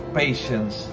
patience